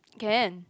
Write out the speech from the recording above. can